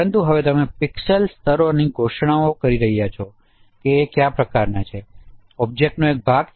પરંતુ હવે તમે પિક્સેલ સ્તરોના ઘોષણાઓ કરી રહ્યા છો જે કયા પ્રકારનાં છે ઑબ્જેક્ટનો એક ભાગ છે